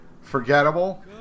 forgettable